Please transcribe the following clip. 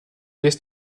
laisse